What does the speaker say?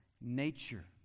nature